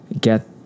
get